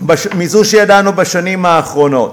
מזו שידענו בשנים האחרונות.